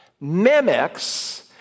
mimics